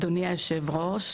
אדוני היושב-ראש,